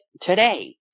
today